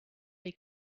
they